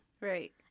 right